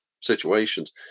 Situations